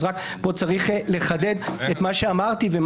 כאן צריך לחדד את מה שאמרתי.